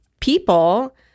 people